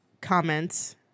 comments